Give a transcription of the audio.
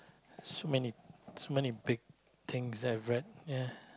so many so many big things that I've read ya